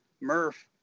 Murph